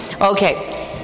Okay